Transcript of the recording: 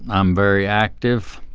i'm very active.